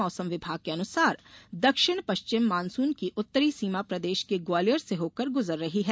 मौसम विभाग के अनुसार दक्षिण पश्चिम मानसून की उत्तरी सीमा प्रदेश के ग्वालियर से होकर गुजर रही है